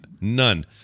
None